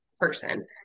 person